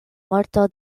morto